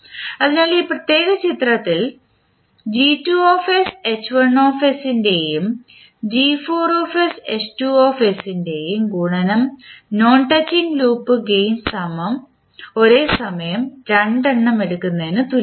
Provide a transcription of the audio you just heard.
അതിനാൽ ഈ പ്രത്യേക ചിത്രത്തിൽ ൻറെയും ൻറെയും ഗുണനം നോൺ ടച്ചിംഗ് ലൂപ്പ് ഗേയിൻ ഒരേസമയം രണ്ടെണ്ണം എടുക്കുന്നതിനു തുല്യമാണ്